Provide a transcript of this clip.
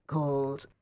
Called